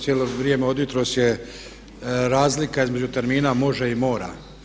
Cijelo vrijeme od jutros je razlika između termina može i mora.